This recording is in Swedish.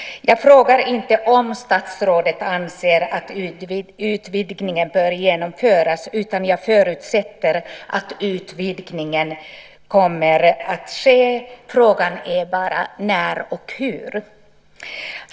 Jag frågar inte om statsrådet anser att utvidgningen bör genomföras, utan jag förutsätter att utvidgningen kommer att ske. Frågan är bara när och hur.